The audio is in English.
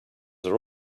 are